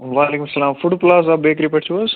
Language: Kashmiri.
وعلیکم سلام فُڈ پٕلازا بیکری پٮ۪ٹھ چھِو حظ